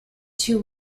two